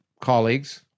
colleagues